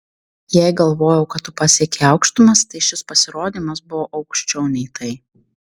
jei galvojau kad tu pasiekei aukštumas tai šis pasirodymas buvo aukščiau nei tai